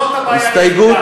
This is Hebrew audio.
זאת הבעיה היחידה.